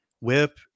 whip